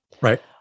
Right